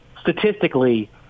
statistically